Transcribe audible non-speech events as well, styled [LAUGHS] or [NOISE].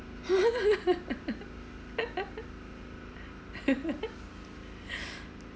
[LAUGHS]